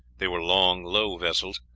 they were long, low vessels,